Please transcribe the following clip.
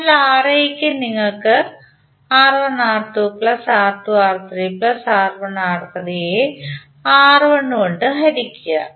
അതിനാൽ Ra ക്കായി നിങ്ങൾക്ക് യെ R1 കൊണ്ട് ഹരിക്കുക